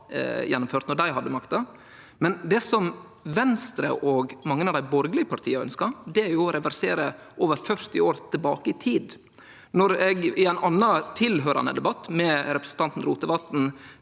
gjennomførte då dei hadde makta. Men det Venstre og mange av dei borgarlege partia ønskjer, er å reversere over 40 år tilbake i tid. I ein annan, tilhøyrande debatt med representanten Rotevatn